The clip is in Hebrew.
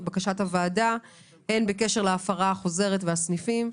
בקשר להפרה החוזרת והסניפים,